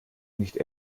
nicht